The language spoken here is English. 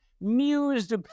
mused